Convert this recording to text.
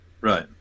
right